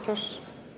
Proszę.